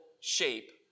shape